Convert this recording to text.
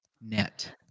net